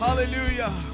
Hallelujah